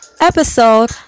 episode